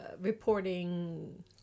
reporting